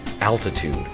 altitude